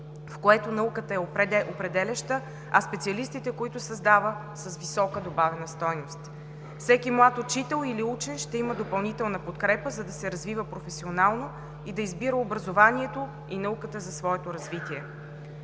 в които науката е определяща, а специалистите, които създава, са с висока добавена стойност; - всеки млад учител или учен ще има допълнителна подкрепа, за да се развива професионално и да избира образованието и науката за своето развитие;